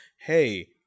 hey